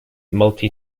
multi